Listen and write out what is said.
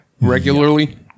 regularly